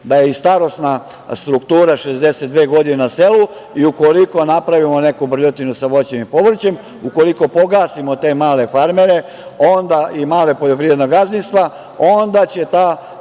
da je i starosna struktura 62 godine na selu i ukoliko napravimo neku brljotinu sa voćem i povrćem, ukoliko pogasimo te male farmere i mala poljoprivredna gazdinstva onda će ta